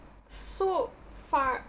so far